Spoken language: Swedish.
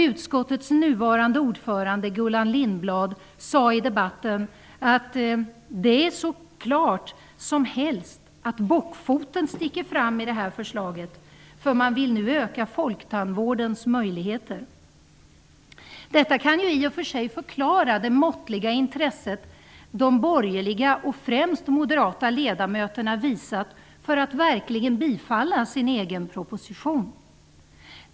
Utskottets nuvarande ordförande Gullan Lindblad sade i debatten att ''det är hur klart som helst att bockfoten sticker fram i det här förslaget, för man vill nu öka folktandvårdens möjligheter''. Detta kan ju i och för sig förklara det måttliga intresse som de borgerliga, och främst de moderata, ledamöterna visat för att verkligen bifalla sin egen proposition.